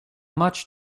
much